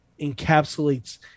encapsulates